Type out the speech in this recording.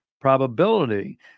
probability